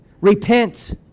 Repent